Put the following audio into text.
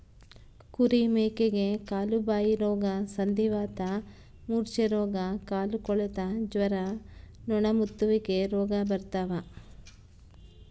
ಕುರಿ ಮೇಕೆಗೆ ಕಾಲುಬಾಯಿರೋಗ ಸಂಧಿವಾತ ಮೂರ್ಛೆರೋಗ ಕಾಲುಕೊಳೆತ ಜ್ವರ ನೊಣಮುತ್ತುವಿಕೆ ರೋಗ ಬರ್ತಾವ